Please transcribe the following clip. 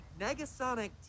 Negasonic